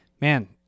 Man